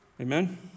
Amen